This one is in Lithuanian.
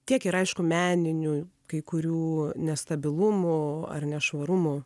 tiek ir aišku meninių kai kurių nestabilumų ar nešvarumų